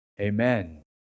amen